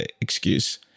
excuse